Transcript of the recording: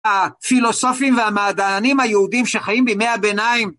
הפילוסופים והמדענים היהודים שחיים בימי הביניים